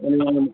ம்